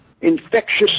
infectious